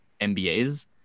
MBAs